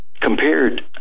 compared